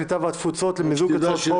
הקליטה והתפוצות למיזוג הצעות חוק